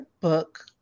book